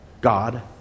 God